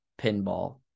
Pinball